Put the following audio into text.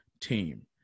team